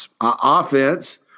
offense